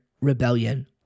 rebellion